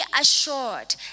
assured